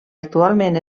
actualment